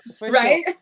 right